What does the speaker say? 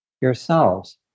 yourselves